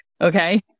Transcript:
Okay